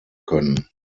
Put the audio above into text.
können